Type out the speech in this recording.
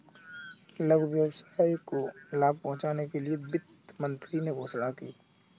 लघु व्यवसाय को लाभ पहुँचने के लिए वित्त मंत्री ने घोषणा की